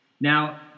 Now